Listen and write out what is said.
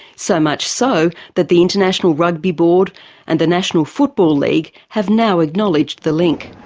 so much so that the international rugby board and the national football league have now acknowledged the link.